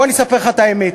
בוא אני אספר לך את האמת.